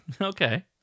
Okay